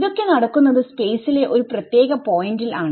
ഇതൊക്കെ നടക്കുന്നത് സ്പേസിലെ ഒരു പ്രത്യേക പോയിന്റിൽ ആണ്